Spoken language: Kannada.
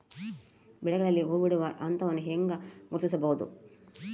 ಬೆಳೆಗಳಲ್ಲಿ ಹೂಬಿಡುವ ಹಂತವನ್ನು ಹೆಂಗ ಗುರ್ತಿಸಬೊದು?